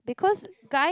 because guy